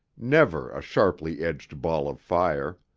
never a sharply edged ball of fire.